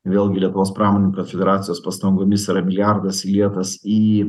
vėlgi lietuvos pramoninkų konfederacijos pastangomis yra milijardas įlietas į